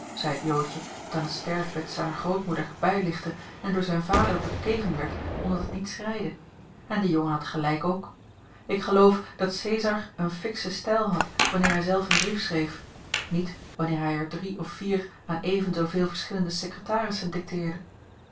zeî het joodje dat aan het sterfbed zijner grootmoeder bijlichtte en door zijn vader bekeven werd omdat het niet schreide en de jongen had gelijk ook ik geloof dat cezar een fikschen stijl had wanneer hij zelf een brief schreef niet wanneer hij er drie of vier aan even zooveel verschillende